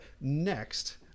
Next